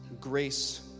grace